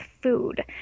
food